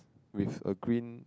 with a green